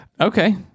Okay